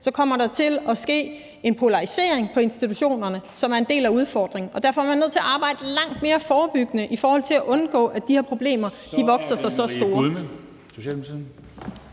kommer der til at ske en polarisering på institutionerne, som er en del af udfordringen. Og derfor er man nødt til at arbejde langt mere forebyggende i forhold til at undgå, at de her problemer vokser sig alt for